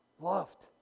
loved